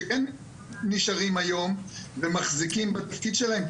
שהם נשארים היום ומחזיקים בתפקיד שלהם,